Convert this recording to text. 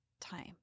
time